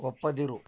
ಒಪ್ಪದಿರು